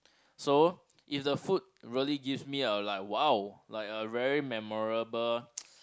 so if the food really gives me a like !wow! like a very memorable